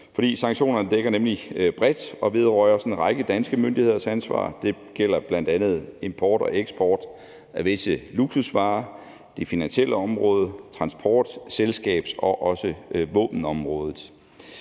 sanktionerne dækker nemlig bredt og vedrører også en række danske myndigheders ansvar. Det gælder bl.a. import og eksport af visse luksusvarer, det finansielle område og transport-, selskabs- og våbenområdet.